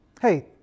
hey